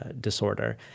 disorder